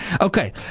Okay